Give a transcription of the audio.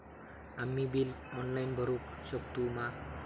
आम्ही bill online भरुक शकतू मा?